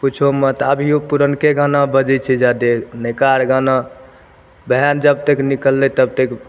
पूछू मत अभियो पुरनके गाना बजै छै जादे नवका आर गाना ओहए जबतैक निकललै तबतैक